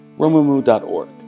Romumu.org